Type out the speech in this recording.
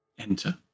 enter